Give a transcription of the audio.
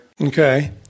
Okay